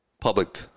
public